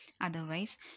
Otherwise